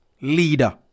Leader